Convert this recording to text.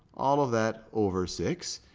all of that over six.